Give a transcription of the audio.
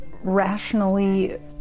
rationally